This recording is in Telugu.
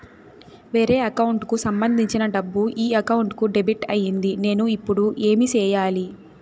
వేరే అకౌంట్ కు సంబంధించిన డబ్బు ఈ అకౌంట్ కు డెబిట్ అయింది నేను ఇప్పుడు ఏమి సేయాలి